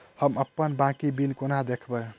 हम अप्पन बाकी बिल कोना देखबै?